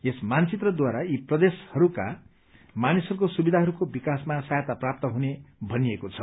यस मानचित्रद्वारा यी प्रदेशहरूका मानिसहरूको सुविधारूको विकासमा सहायता प्राप्त हुने भनिएको छ